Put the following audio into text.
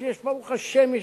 ברוך השם,